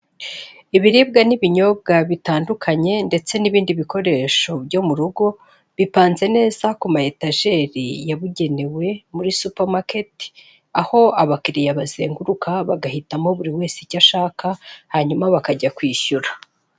Ibiribwa n'ibinyobwa bitandukanye ndetse n'ibindi bikoresho byo mu rugo, bipanze neza ku mayetajeri yabugenewe, muri supa maketi, aho abakiriya bazenguruka bagahitamo buri wese icyo ashaka, hanyuma bakajya kwishyura.